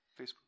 Facebook